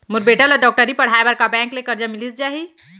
मोर बेटा ल डॉक्टरी पढ़ाये बर का बैंक ले करजा मिलिस जाही?